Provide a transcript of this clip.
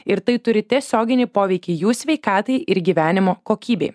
ir tai turi tiesioginį poveikį jų sveikatai ir gyvenimo kokybei